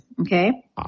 Okay